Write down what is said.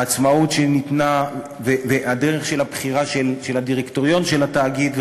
העצמאות שניתנה והדרך של הבחירה של הדירקטוריון של התאגיד,